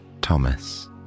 Thomas